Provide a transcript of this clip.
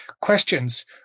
questions